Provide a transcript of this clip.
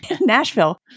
Nashville